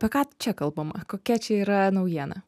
apie ką čia kalbama kokia čia yra naujiena